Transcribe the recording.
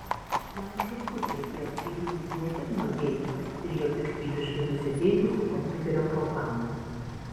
jam žūtbūt reikėjo apsiginti ne tik nuo geitso ir jo piktybiškai nusiteikusių kompiuterio programų